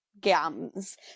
gums